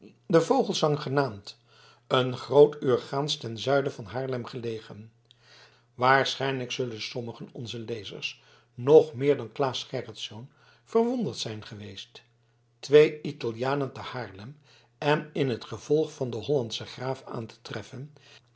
de vogelesang genaamd een groot uur gaans ten zuiden van haarlem gelegen waarschijnlijk zullen sommigen onzer lezers nog meer dan claes gerritsz verwonderd zijn geweest twee italianen te haarlem en in het gevolg van den hollandschen graaf aan te treffen